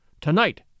tonight